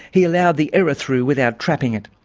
he allowed the error through without trapping it.